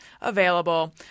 available